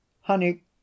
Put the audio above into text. Honey